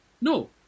No